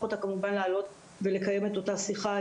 אז כמובן שאף אחד לא יכריח אותה לעלות ולקיים את אותה שיחה,